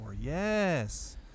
Yes